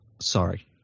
Sorry